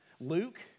Luke